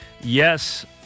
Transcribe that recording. Yes